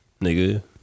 nigga